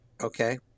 okay